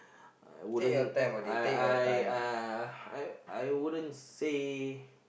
I wouldn't I I uh I I wouldn't say